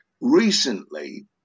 Recently